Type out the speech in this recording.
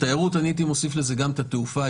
לתיירות הייתי מוסיף גם את התעופה,